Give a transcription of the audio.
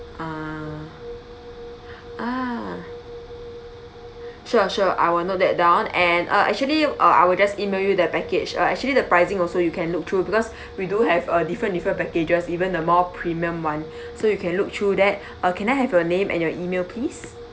uh ah sure sure I will note that down and uh actually uh I will just email you the package uh actually the pricing also you can look through because we do have uh different different packages even the more premium [one] so you can look through that uh can I have your name and your email please